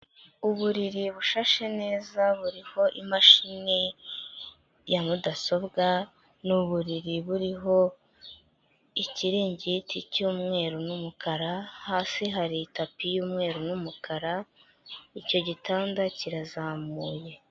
Uburiri bushashe neza, buriho imashini ya mudasobwa, ni uburiri buriho ikiringiti cy'umweru n'umukara, hasi hari itapi y'umweru n'umukara, icyo gitanda kirazamuye.